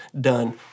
done